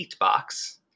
Heatbox